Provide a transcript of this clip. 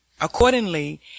Accordingly